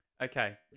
Okay